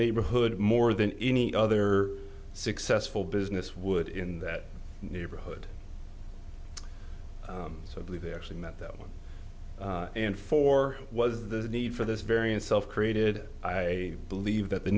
neighborhood more than any other successful business would in that neighborhood so i believe they actually meant that one and four was the need for this variant self created i believe that the